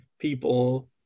people